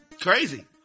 Crazy